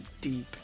deep